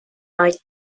nói